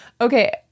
Okay